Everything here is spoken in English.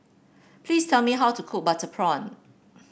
please tell me how to cook Butter Prawn